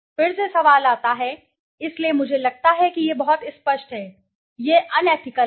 फिर से सवाल आता है इसलिए मुझे लगता है कि यह बहुत स्पष्ट है अनएथिकल है जैसा कि कुछ अस्पष्ट है